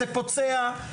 זה פוצע,